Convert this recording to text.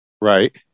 right